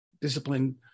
discipline